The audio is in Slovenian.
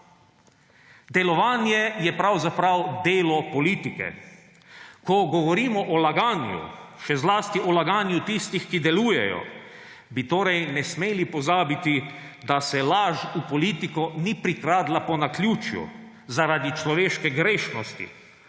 Delovanje je pravzaprav delo politike. Ko govorimo o laganju, še zlasti o laganju tistih, ki delujejo, bi torej ne smeli pozabiti, da se laž v politiko ni prikradla po naključju, zaradi človeške grešnosti,